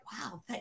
wow